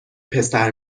پسر